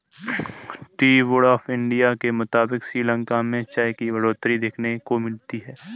T board of India के मुताबिक़ श्रीलंका में चाय की बढ़ोतरी देखने को मिली है